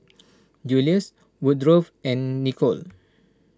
Julius Woodrow and Nicolle